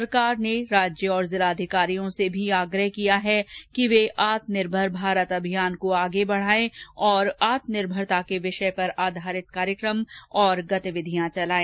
सरकार ने राज्य और जिला अधिकारियों से भी आग्रह किया है कि वे आत्मनिर्भर भारत अभियान को आगे बढाएं और आत्मनिर्भरता के विषय पर आधारित कार्यक्रम और गतिविधियां चलायें